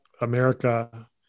America